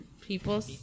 People